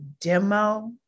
demo